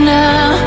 now